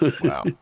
Wow